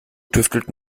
tüftelt